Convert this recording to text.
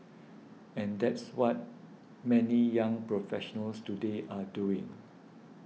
and that's what many young professionals today are doing